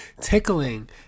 tickling